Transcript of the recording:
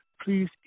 please